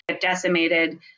decimated